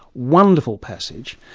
wonderful passage,